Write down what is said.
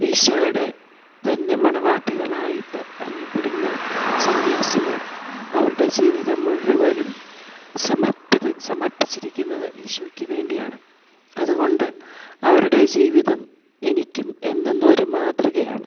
ഈശോയുടെ തന്നെ മണവാട്ടികളായിട്ട് അറിയപ്പെടുന്ന സന്യാസിമാർ അവരുടെ ജീവിതം മുഴുവനും സമർപ്പിച്ചത് സമർപ്പിച്ചിരിക്കുന്നത് ഈശോയ്ക്ക് വേണ്ടിയാണ് അതുകൊണ്ട് അവരുടെ ജീവിതം എനിക്കും എന്നെന്നും ഒരു മാതൃകയാണ്